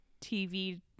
TV